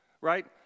right